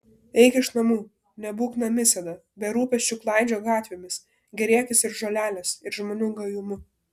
eik iš namų nebūk namisėda be rūpesčių klaidžiok gatvėmis gėrėkis ir žolelės ir žmonių gajumu